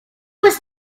was